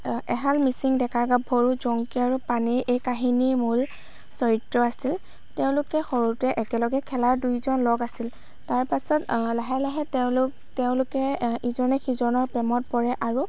এহাল মিচিং ডেকা গাভৰু জংকী আৰু পানৈ এই কাহিনীৰ মূল চৰিত্ৰ আছিল তেওঁলোকে সৰুতে একেলগে খেলা দুয়োজন লগ আছিল তাৰপাছত লাহে লাহে তেওঁলোক তেওঁলোকে এ ইজনে সিজনৰ প্ৰেমত পৰে আৰু